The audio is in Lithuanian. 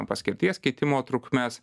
paskirties keitimo trukmes